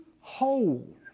hold